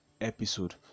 episode